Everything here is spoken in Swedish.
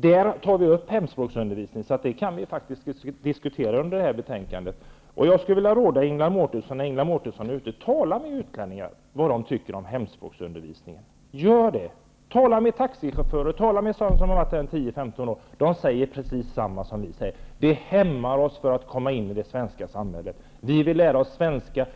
Där tar vi upp hemspråksundervisningen, så vi kan faktiskt diskutera den frågan under det här betänkandet. Jag skulle vilja råda Ingela Mårtensson att när hon är ute tala med utlänningar om vad de tycker om hemspråksundervisningen. Gör det! Tala med taxichaufförer, tala med sådana som har varit här 10--15 år. De säger precis samma sak som vi: Den hämmar oss när vi vill komma in i det svenska samhället. Vi vill lära oss svenska.